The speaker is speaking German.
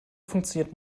funktioniert